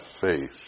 faith